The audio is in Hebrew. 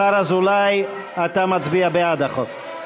השר אזולאי, אתה מצביע בעד החוק.